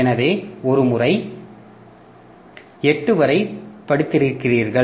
எனவே ஒரு முறை 8 வரை படித்திருக்கிறீர்கள்